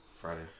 Friday